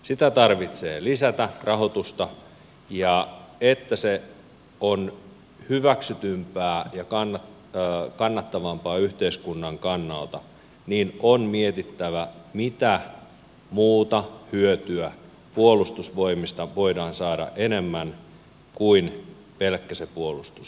rahoitusta tarvitsee lisätä ja jotta se on hyväksytympää ja kannattavampaa yhteiskunnan kannalta on mietittävä mitä muuta hyötyä puolustusvoimista voidaan saada enemmän kuin se pelkkä puolustus